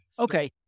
Okay